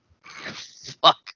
Fuck